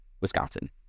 Wisconsin